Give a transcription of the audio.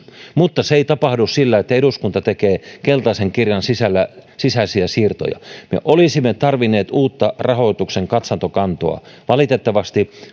mutta se ei tapahdu sillä että eduskunta tekee keltaisen kirjan sisäisiä siirtoja me olisimme tarvinneet uutta rahoituksen katsantokantaa valitettavasti